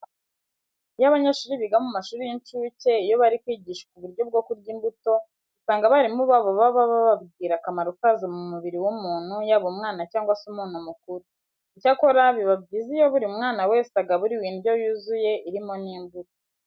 Iyo abanyeshuri biga mu mashuri y'incuke iyo bari kwigishwa uburyo bwo kurya imbuto, usanga abarimu babo baba bababwira akamaro kazo mu mubiri w'umuntu yaba umwana cyangwa se umuntu mukuru. Icyakora biba byiza iyo buri mwana wese agaburiwe indyo yuzuye irimo n'imbuto.